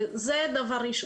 היא דווקא קרובה למציאות הזאת.